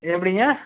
எப்படிங்க